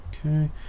Okay